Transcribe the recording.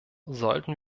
sollten